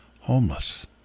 Homeless